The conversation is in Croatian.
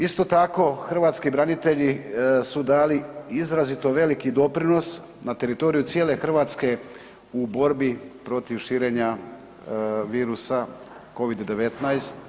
Isto tako hrvatski branitelji su dali izrazito veliki doprinos na teritoriju cijele Hrvatske u borbi protiv širenja virusa Covid-19.